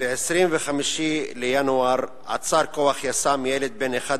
ב-25 בינואר עצר כוח יס"מ ילד בן 11